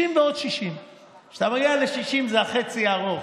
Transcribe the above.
60 ועוד 60. כשאתה מגיע ל-60 זה החצי הארוך.